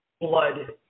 Blood